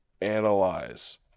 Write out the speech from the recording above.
analyze